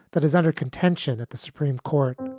that is under contention at the supreme court